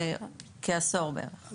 זה כעשור בערך.